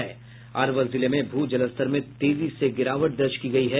अरवल जिले में भू जलस्तर में तेजी से गिरावट दर्ज की गयी है